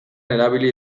erabil